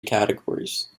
categories